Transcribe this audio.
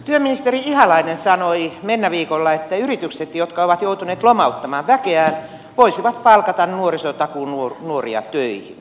työministeri ihalainen sanoi mennäviikolla että yritykset jotka ovat joutuneet lomauttamaan väkeään voisivat palkata nuorisotakuunuoria töihin